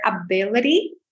ability